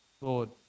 Lord